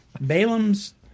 Balaam's